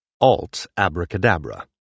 Alt-Abracadabra